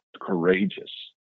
courageous